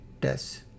tests